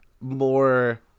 more